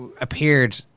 appeared